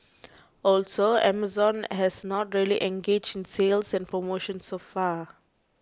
also Amazon has not really engaged in sales and promotions so far